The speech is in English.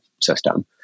system